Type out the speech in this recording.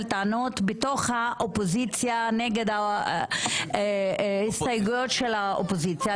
טענות בתוך האופוזיציה נגד ההסתייגויות של האופוזיציה.